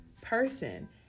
person